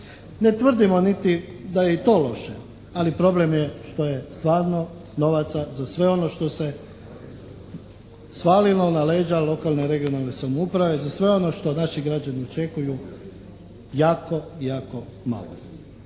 Ne tvrdimo niti da je i to loše ali problem je što je stvarno novaca za sve ono što se svalilo na leđa lokalne regionalne samouprave, za sve ono što naši građani očekuju jako, jako malo.